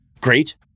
Great